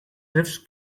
drifts